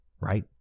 right